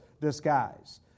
disguise